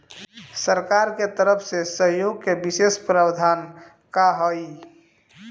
सरकार के तरफ से सहयोग के विशेष प्रावधान का हई?